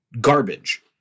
garbage